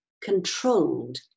controlled